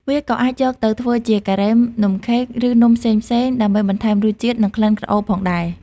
វាក៏អាចយកទៅធ្វើជា ការ៉េម នំខេក ឬនំផ្សេងៗ ដើម្បីបន្ថែមរសជាតិ និងក្លិនក្រអូបផងដែរ។